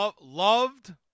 Loved –